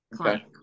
okay